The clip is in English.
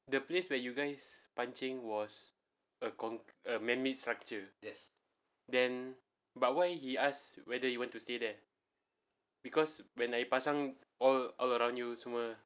the place where you guys pancing was a con~ a man made structure then but why he asked whether you want to stay there because when I air pasang all all around you semua